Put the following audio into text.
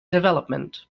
development